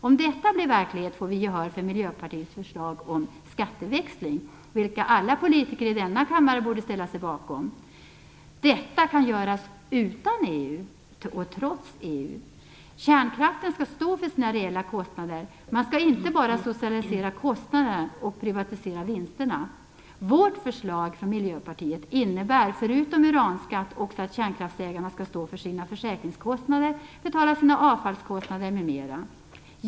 Om detta blir verklighet får vi gehör för Miljöpartiets förslag om skatteväxling, vilket alla politiker i denna kammare borde ställa sig bakom. Detta kan genomföras utan EU och trots EU. Kärnkraften skall stå för sina reella kostnader. Man skall inte bara socialisera kostnaderna och privatisera vinsterna. Vårt förslag från Miljöpartiet innebär förutom uranskatt också att kärnkraftsägarna skall stå för sina försäkringskostnader, betala sina avfallskostnader m.m.